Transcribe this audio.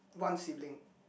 one sibling